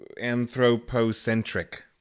anthropocentric